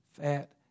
fat